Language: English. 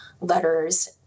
letters